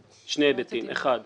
שני היבטים: אחד,